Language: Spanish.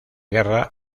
guerra